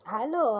Hello